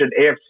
AFC